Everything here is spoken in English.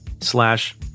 slash